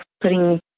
putting